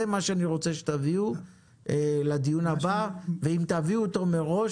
זה מה שאני רוצה שתביאו לדיון הבא ואם תביאו אותו מראש,